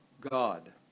God